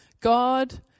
God